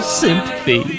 sympathy